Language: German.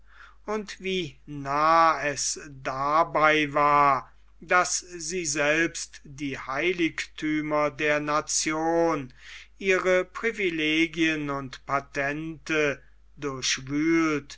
und wie nah es dabei war daß sie selbst die heiligthümer der nation ihre privilegien und patente durchwühlt